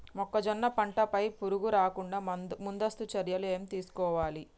మొక్కజొన్న పంట పై పురుగు రాకుండా ముందస్తు చర్యలు ఏం తీసుకోవాలి?